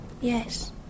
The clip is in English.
Yes